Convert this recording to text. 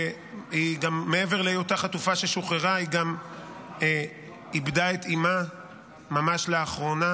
שמעבר להיות חטופה ששוחררה היא גם איבדה את אימה ממש לאחרונה.